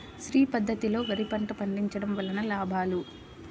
శ్రీ పద్ధతిలో వరి పంట పండించడం వలన లాభాలు?